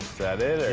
that it,